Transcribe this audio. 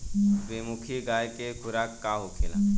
बिसुखी गाय के खुराक का होखे?